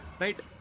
Right